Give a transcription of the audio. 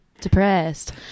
depressed